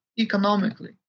economically